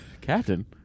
Captain